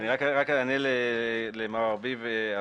אענה למר ארביב.